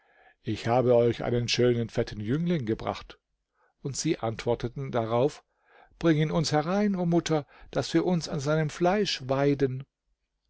ich habe euch einen schönen fetten jüngling gebracht und sie antworteten darauf bring ihn uns herein o mutter daß wir uns an seinem fleisch weiden